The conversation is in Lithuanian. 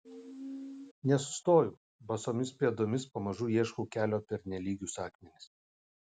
nesustoju basomis pėdomis pamažu ieškau kelio per nelygius akmenis